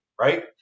right